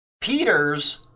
Peters